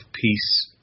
peace